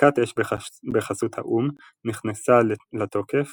הפסקת אש בחסות האו"ם נכנסה לתוקף